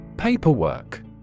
Paperwork